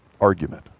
argument